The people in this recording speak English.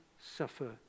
suffer